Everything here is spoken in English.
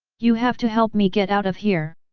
you have to help me get out of here!